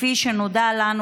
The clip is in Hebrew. כפי שנודע לנו,